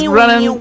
running